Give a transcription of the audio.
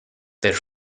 their